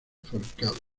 fabricado